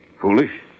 foolish